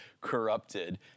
corrupted